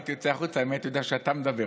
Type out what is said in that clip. הייתי יוצא החוצה אם הייתי יודע שאתה מדבר.